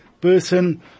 person